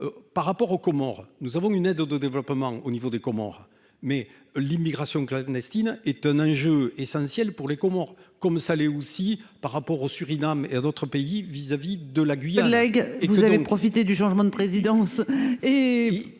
par rapport aux Comores, nous avons une aide aux de développement au niveau des Comores mais l'immigration amnistie n'est un enjeu essentiel pour les comment comme ça l'est aussi par rapport au Suriname et à d'autres pays vis-à-vis de la.